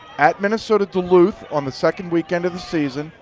at minnesota duluth on the second weekend of the season,